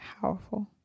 Powerful